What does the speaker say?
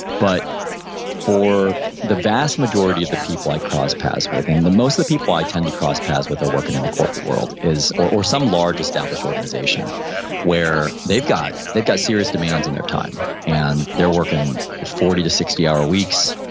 but for the vast majority of the people i cross paths with and most of the people i tend to cross paths with are working in the corporate world or or some large established organization where they've got they've got serious demands on their time. and they're working forty to sixty hour weeks,